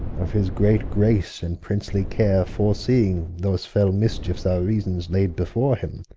of his great grace, and princely care, fore-seeing those fell mischiefes, our reasons layd before him,